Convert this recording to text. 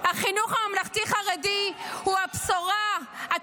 -- לחינוך ללא בקרה, ללא פיקוח, ללא ליבה.